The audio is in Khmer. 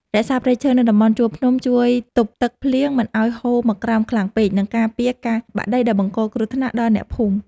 រក្សាព្រៃឈើនៅតំបន់ជួរភ្នំជួយទប់ទឹកភ្លៀងមិនឱ្យហូរមកក្រោមខ្លាំងពេក និង ការពារការបាក់ដីដែលបង្កគ្រោះថ្នាក់ដល់អ្នកភូមិ។